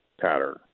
pattern